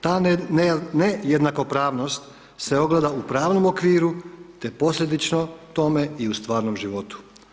Ta nejednakopravnost se ogleda u pravnom okviru te posljedično tome i u stvarnom životu.